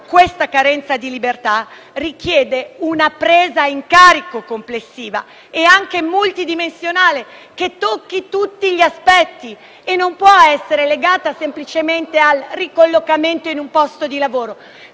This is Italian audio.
Questa carenza di libertà richiede allora una presa in carico complessiva e anche multidimensionale che tocchi tutti gli aspetti della questione, e non può essere legata semplicemente al ricollocamento in un posto di lavoro